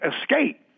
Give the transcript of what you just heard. escape